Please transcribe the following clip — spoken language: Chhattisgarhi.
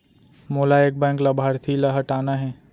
मोला एक बैंक लाभार्थी ल हटाना हे?